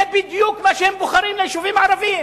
זה בדיוק מה שהם בוחרים ליישובים הערביים,